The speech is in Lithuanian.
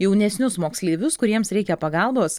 jaunesnius moksleivius kuriems reikia pagalbos